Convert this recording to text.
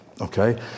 okay